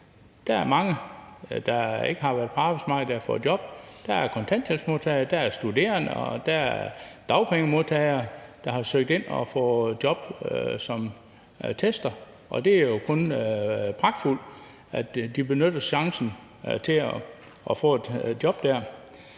Der er mange, der ikke har været på arbejdsmarkedet, der har fået job. Der er kontanthjælpsmodtagere, der er studerende, og der er dagpengemodtagere, der har søgt ind og fået job som tester, og det er jo kun pragtfuldt, at de benytter chancen for at få et job.